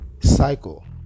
cycle